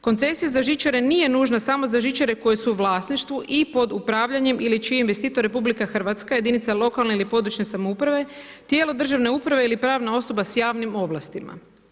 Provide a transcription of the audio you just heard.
Koncesija za žičare nije nužna samo za žičare koje su u vlasništvu i pod upravljanjem ili čiji je investitor RH, jedinice lokalne ili područne samouprave, tijelo državne uprave ili pravna osoba s javnim ovlastima.